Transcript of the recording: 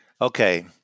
Okay